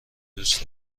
دوست